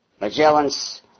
Magellan's